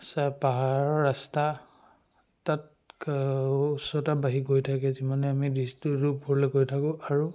চা পাহাৰৰ ৰাস্তা তাত উচ্চতা বাঢ়ি গৈ থাকে যিমানে আমি ওপৰলৈ গৈ থাকোঁ আৰু